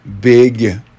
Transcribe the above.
big